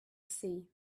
see